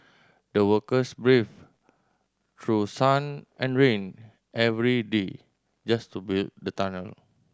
the workers braved through sun and rain every day just to build the tunnel